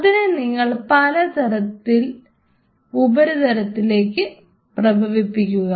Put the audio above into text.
അതിനെ നിങ്ങൾ ഉപരിതലത്തിലേക്ക് പ്രഭവിപിപ്പിക്കുക